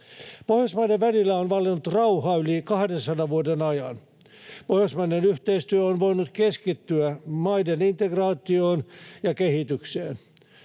Pohjoismaiden välillä on valinnut rauha yli 200 vuoden ajan. Pohjoismainen yhteistyö on voinut keskittyä maiden integraatioon ja kehitykseen.